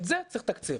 את זה צריך לתקצב.